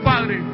Padre